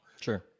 Sure